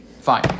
Fine